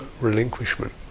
relinquishment